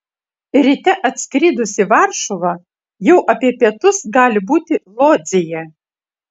ryte atskridus į varšuvą jau apie pietus gali būti lodzėje